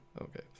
Okay